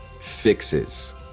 fixes